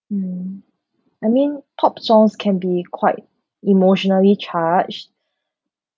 mm I mean pop songs can be quite emotionally charged